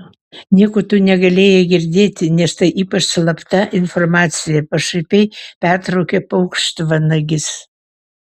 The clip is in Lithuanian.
nieko tu negalėjai girdėti nes tai ypač slapta informacija pašaipiai pertraukė paukštvanagis